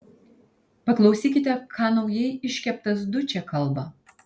paklausykite ką naujai iškeptas dučė kalba